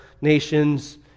nations